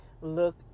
look